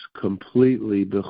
completely